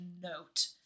note